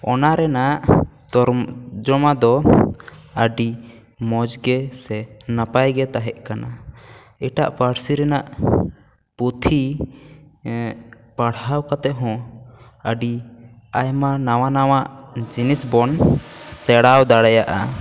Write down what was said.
ᱚᱱᱟ ᱨᱮᱱᱟᱜ ᱛᱚᱨᱡᱚᱢᱟ ᱫᱚ ᱟᱹᱰᱤ ᱢᱚᱡᱽ ᱜᱮ ᱥᱮ ᱱᱟᱯᱟᱭ ᱜᱮ ᱛᱟᱦᱮᱸ ᱠᱟᱱᱟ ᱮᱴᱟᱜ ᱯᱟᱹᱨᱥᱤ ᱨᱮᱱᱟᱜ ᱯᱩᱛᱷᱤ ᱯᱟᱲᱦᱟᱣ ᱠᱟᱛᱮ ᱦᱚᱸ ᱟᱹᱰᱤ ᱟᱭᱢᱟ ᱱᱟᱣᱟ ᱱᱟᱣᱟ ᱡᱤᱱᱤᱥ ᱵᱚᱱ ᱥᱮᱬᱟ ᱫᱟᱲᱮᱭᱟᱜᱼᱟ